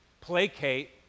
placate